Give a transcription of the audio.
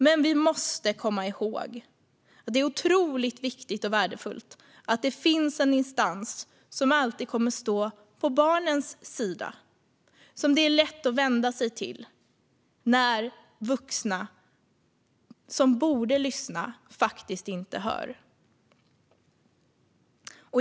Men vi måste komma ihåg att det är otroligt viktigt och värdefullt att det finns en instans som alltid kommer att stå på barnens sida och som det är lätt att vända sig till när de vuxna som borde lyssna inte hör.